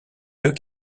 deux